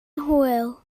hwyl